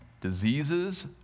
diseases